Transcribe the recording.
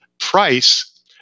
price